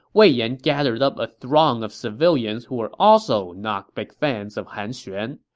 wei yan gathered up a throng of civilians who were also not big fans of han xuan.